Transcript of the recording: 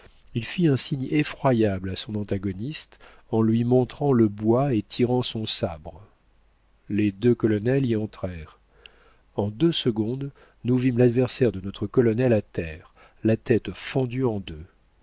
il fit un signe effroyable à son antagoniste en lui montrant le bois et tirant son sabre les deux colonels y entrèrent en deux secondes nous vîmes l'adversaire de notre colonel à terre la tête fendue en deux